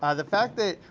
ah the fact that,